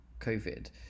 COVID